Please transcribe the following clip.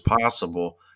possible